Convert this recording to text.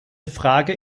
frage